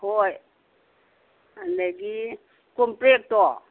ꯍꯣꯏ ꯑꯗꯒꯤ ꯀꯣꯝꯄ꯭ꯔꯦꯛꯇꯣ